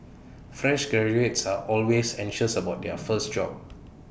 fresh graduates are always anxious about their first job